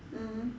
mmhmm